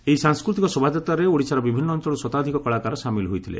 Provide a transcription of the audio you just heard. ଏହି ସାଂସ୍କୃତିକ ଶୋଭାଯାତ୍ରାରେ ଓଡ଼ିଶାର ବିଭିନ୍ନ ଅଂଚଳରୁ ଶତାଧିକ କଳାକାର ସାମିଲ ହୋଇଥିଲେ